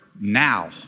now